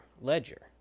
ledger